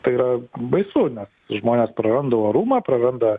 tai yra baisu nes žmonės praranda orumą praranda